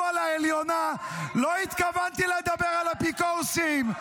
על העליונה ----- לא התכוונתי לדבר על אפיקורסים,